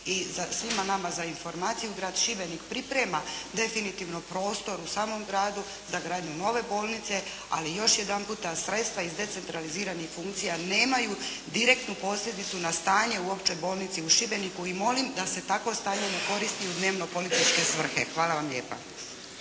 I svima nama za informaciju grad Šibenik priprema definitivno prostor u samom gradu za gradnju nove bolnice. Ali još jedan puta sredstva iz decentraliziranih funkcija nemaju direktnu posljedicu na stanje u Općoj bolnici u Šibeniku i molim da se takvo stanje ne koristi u dnevno-političke svrhe. Hvala vam lijepa.